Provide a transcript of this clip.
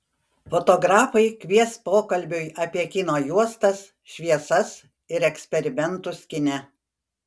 fotografai kvies pokalbiui apie kino juostas šviesas ir eksperimentus kine